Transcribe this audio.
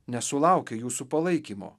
nesulaukę jūsų palaikymo